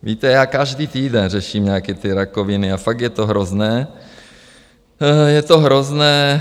Víte, já každý týden řeším nějaké ty rakoviny a fakt je to hrozné, je to hrozné.